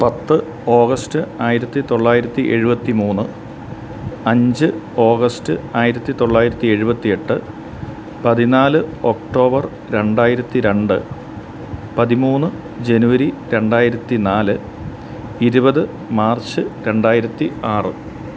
പത്ത് ഓഗസ്റ്റ് ആയിരത്തി തൊള്ളായിരത്തി എഴുപത്തി മൂന്ന് അഞ്ച് ഓഗസ്റ്റ് ആയിരത്തി തൊള്ളായിരത്തി എഴുപത്തിയെട്ട് പതിനാല് ഒക്ടോബർ രണ്ടായിരത്തി രണ്ട് പതിമൂന്ന് ജനുവരി രണ്ടായിരത്തിനാല് ഇരുപത് മാർച്ച് രണ്ടായിരത്തി ആറ്